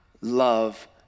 love